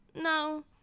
No